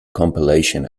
compilation